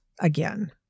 again